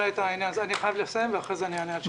אני חייב לסיים ואחרי זה אענה על שאלות.